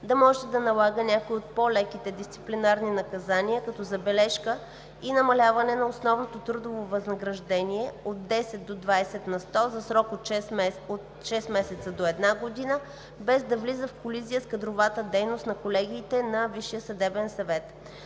да може да налага някои от по-леките дисциплинарни наказания като „забележка“ и „намаляване на основното трудово възнаграждение от 10 до 20 на сто за срок от 6 месеца до 1 година, без да влиза в колизия с кадровата дейност на колегиите на ВСС“.